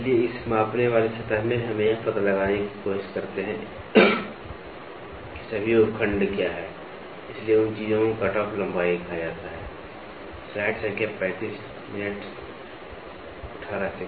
इसलिए इस मापने वाली सतह में हम यह पता लगाने की कोशिश करते हैं कि सभी उपखंड क्या हैं इसलिए उन चीजों को कटऑफ लंबाई कहा जाता है